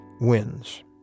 wins